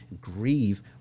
grieve